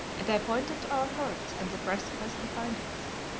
and i pointed to our hurts and the precipice behind us.